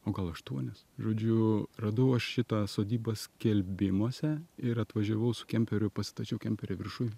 o gal aštuonis žodžiu radau aš šitą sodybą skelbimuose ir atvažiavau su kemperiu pasistačiau kemperį viršuj